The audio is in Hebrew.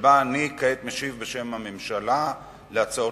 שבה אני כעת משיב בשם הממשלה על הצעות